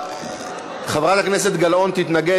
חברת הכנסת גלאון תתנגד.